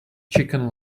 chicken